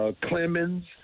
Clemens